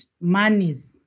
monies